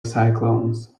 cyclones